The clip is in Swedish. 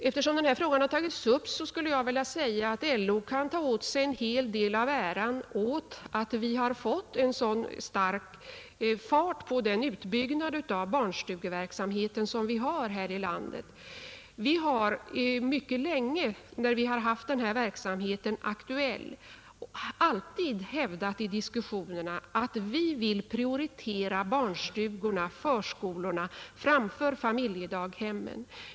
Eftersom den här frågan har tagits upp skulle jag vilja säga att LO kan ta åt sig en hel del av äran av att vi har fått en sådan fart på utbyggnaden av barnstugeverksamheten här i landet. Vi har så länge vi haft den här verksamheten aktuell alltid hävdat i diskussionerna att vi vill prioritera barnstugorna, förskolorna, framför familjedaghemmen,.